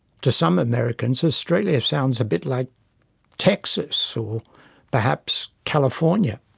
to some americans, australia sounds a bit like texas. or perhaps california.